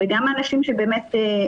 וגם האנשים שבאמת,